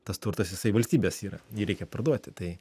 tas turtas jisai valstybės yra jį reikia parduoti tai